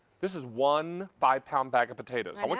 this is one five pound bag of potatoes. i mean